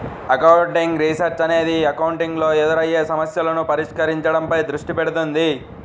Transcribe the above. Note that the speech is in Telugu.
అకౌంటింగ్ రీసెర్చ్ అనేది అకౌంటింగ్ లో ఎదురయ్యే సమస్యలను పరిష్కరించడంపై దృష్టి పెడుతుంది